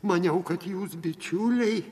maniau kad jūs bičiuliai